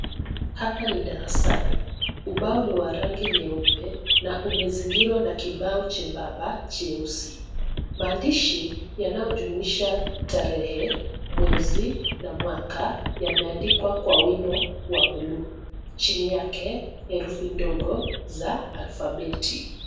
Hapa ni darasani. Ubao ni wa rangi nyeupe na umezingirwa na kibao chembamba cheusi. Maandishi yanayojumuisha, tarehe, mwezi na mwaka yameandikwa kwa wino wa buluu. Chini yake, herufi ndogo za alfabeti.